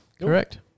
Correct